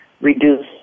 reduce